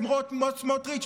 סמוטריץ',